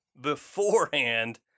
beforehand